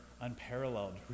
unparalleled